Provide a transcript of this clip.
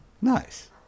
Nice